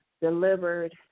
delivered